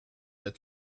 that